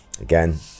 Again